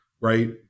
right